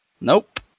nope